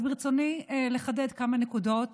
אז ברצוני לחדד כמה נקודות